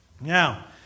Now